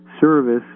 service